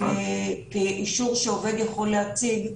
כאישור שעובד יכול להציג?